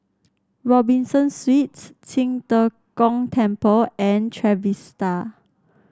Robinson Suites Qing De Gong Temple and Trevista